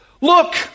look